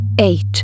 Eight